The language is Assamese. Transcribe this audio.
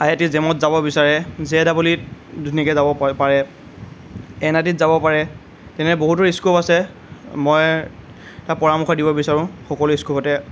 আইআইটি জেমত যাব বিচাৰে জে ডাবল ইত ধুনীয়াকৈ যাব পাৰে এনআইটিত যাব পাৰে তেনেদৰে বহুতো স্ক'প আছে মই এটা পৰামৰ্শ দিব বিচাৰোঁ সকলো স্ক'পতে